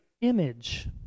image